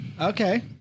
Okay